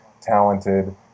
talented